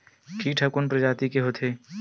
कीट ह कोन प्रजाति के होथे?